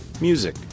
Music